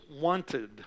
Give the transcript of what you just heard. wanted